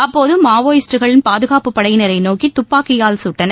அப்போது மாவோயிஸ்டுகள் பாதுகாப்புப் படையினரை நோக்கி துப்பாக்கியால் சுட்டனர்